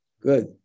Good